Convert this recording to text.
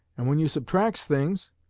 and when you subtracts things,